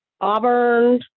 Auburn